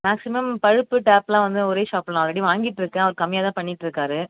maximum பழுப்பு டேப்பெலாம் வந்து ஒரே ஷாப்பில் நான் ஆல்ரெடி வாங்கிட்டிருக்கேன் அவர் கம்மியாக தான் பண்ணிகிட்ருக்காரு